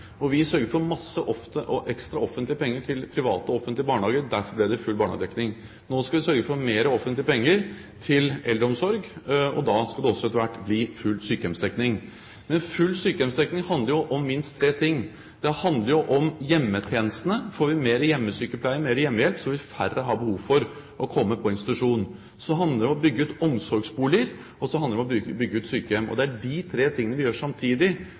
Vi sørget for masse ekstra offentlige penger til private og offentlige barnehager, og derfor ble det full barnehagedekning. Nå skal vi sørge for mer offentlige penger til eldreomsorg, og da skal det også etter hvert bli full sykehjemsdekning. Men full sykehjemsdekning handler jo om minst tre ting. Det handler om hjemmetjenestene. Får vi mer hjemmesykepleie, mer hjemmehjelp, vil færre ha behov for å komme på institusjon. Så handler det om å bygge ut omsorgsboliger, og så handler det om å bygge ut sykehjem. Det er de tre tingene vi gjør samtidig,